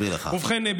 ובכן,